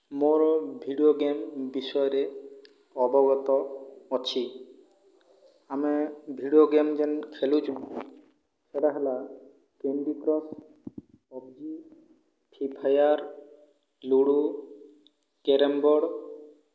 ମୋର video game ବିଷୟରେ ଅବଗତ ଅଛି ଆମେ ଭିଡିଓ ଗେମ୍ ଯେଉଁ ଖେଳୁଛୁ ସେଇଟା ହେଲା candy crush PUBG free' fire ludo carrom board